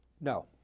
No